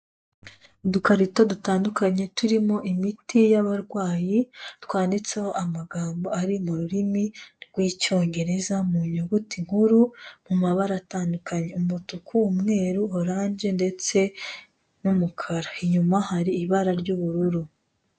Udukarito dutandukanye turimo imiti y'abarwayi, twanditseho amagambo ari mu rurimi rw'Icyongereza mu nyuguti nkuru, mu mabara atandukanye. Umutuku, umweru, oranje ndetse n'umukara. Inyuma hari ibara ry'ubururu.